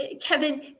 Kevin